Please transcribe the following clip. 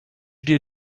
dir